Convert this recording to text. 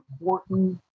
important